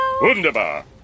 Wunderbar